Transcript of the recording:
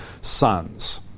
sons